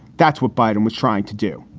that's what biden was trying to do.